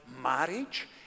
marriage